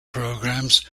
programmes